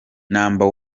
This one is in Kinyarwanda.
number